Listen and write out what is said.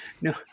no